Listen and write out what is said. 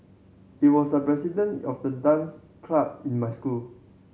he was the president of the dance club in my school